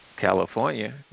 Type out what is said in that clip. California